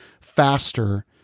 faster